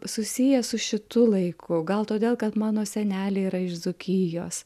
susiję su šitu laiku gal todėl kad mano seneliai yra iš dzūkijos